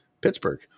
Pittsburgh